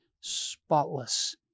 spotless